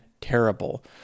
terrible